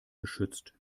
geschützt